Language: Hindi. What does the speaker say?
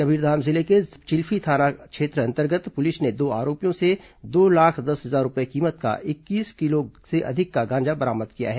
कबीरधाम जिले के चिल्फी थाना अंतर्गत पुलिस ने दो आरोपियों से दो लाख दस हजार रूपये कीमत का इक्कीस किलो से अधिक का गांजा बरामद किया है